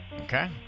Okay